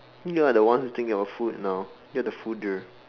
you are the one who think about food now you're the fooder